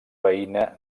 veïna